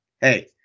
Hey